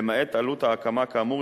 למעט עלות ההקמה כאמור,